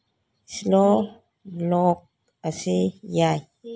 slow ꯂꯣꯛ ꯑꯁꯤ ꯌꯥꯏ